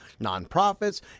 nonprofits